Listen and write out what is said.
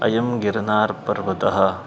अयं गिरनार्पर्वतः